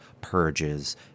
purges